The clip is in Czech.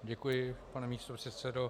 Děkuji, pane místopředsedo.